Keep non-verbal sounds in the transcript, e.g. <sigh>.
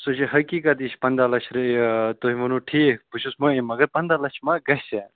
سُہ چھِ حقیقت یہِ چھِ پنٛداہ لَچھ <unintelligible> تۄہہِ ووٚنوٗ ٹھیٖک بہٕ چھُس مٲنِتھ مگر پنٛداہ لَچھ ما گژھِ